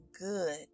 good